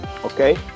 Okay